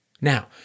Now